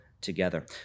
together